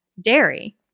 dairy